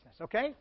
okay